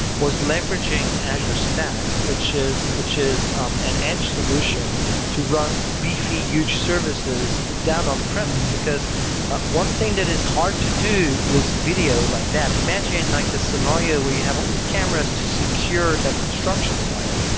was leveraging azure stack, which is which is um an edge solution to run beefy huge services down on premise. because one thing that is hard to do was video, like that. imagine like the scenario where you have all these cameras to secure that construction site.